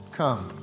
come